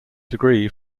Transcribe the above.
degree